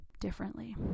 differently